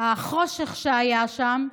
החושך שהיה שם,